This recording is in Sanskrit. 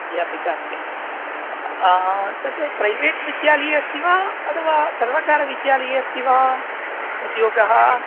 अध्यापिका अस्ति तत् प्रैवेट् विद्यालये अस्ति वा अथवा सर्वकारविद्यालये अस्ति वा उद्योगः